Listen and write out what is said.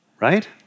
right